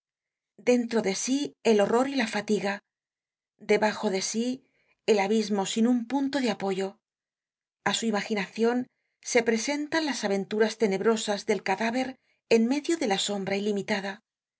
dentro de sí el horror y la fatiga debajo de sí el abismo sin un punto de apoyo a su imaginacion se presentan las aventuras tenebrosas del cadáver en medio de la sombra ilimitada